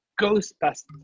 Ghostbusters